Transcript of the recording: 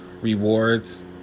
rewards